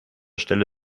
stelle